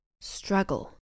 Struggle